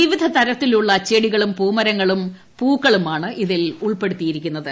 വിവിധ തരത്തിലുള്ള ച്ചെട്ടിക്ക്ളും മരങ്ങളും പൂക്കളുമാണ് ഇതിൽ ഉൾപ്പെടുത്തിയിരിക്കുന്നുത്